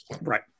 Right